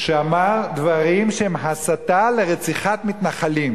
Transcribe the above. שאמר דברים שהם הסתה לרציחת מתנחלים.